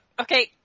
okay